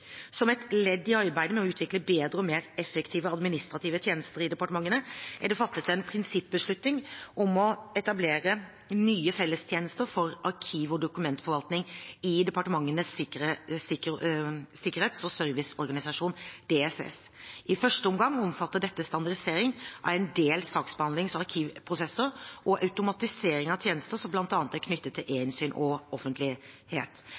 Som et ledd i arbeidet med å utvikle bedre og mer effektive administrative tjenester i departementene er det fattet en prinsippbeslutning om å etablere nye fellestjenester for arkiv og dokumentforvaltning i Departementenes sikkerhets- og serviceorganisasjon, DSS. I første omgang omfatter dette standardisering av en del saksbehandlings- og arkivprosesser og automatisering av tjenester som bl.a. er knyttet til eInnsyn og offentlighet.